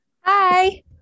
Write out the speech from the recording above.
hi